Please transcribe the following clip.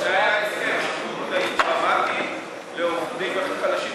זה היה הסכם שיפור התנאים לעובדים הכי חלשים,